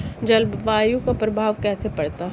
जलवायु का प्रभाव कैसे पड़ता है?